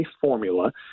formula